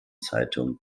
zeitung